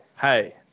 hey